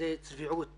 שזו צביעות